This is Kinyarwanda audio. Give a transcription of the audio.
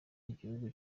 igihugu